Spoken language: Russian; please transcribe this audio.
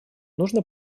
нужно